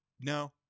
No